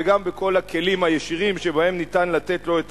וגם בכל הכלים הישירים שבהם אפשר לתת לו את